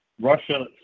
Russia